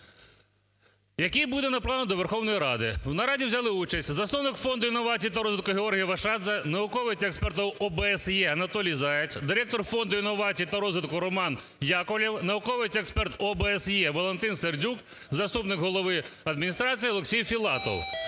який буде направлений до Верховної Ради. В нараді взяли участь засновник Фонду інновацій та розвитку Георгій Вашадзе, науковець і експерт ОБСЄ Анатолій Заєць, директор Фонду інновацій та розвитку Роман Яковлєв, науковець і експерт ОБСЄ Валентин Сердюк, заступник голови Адміністрації Олексій Філатов.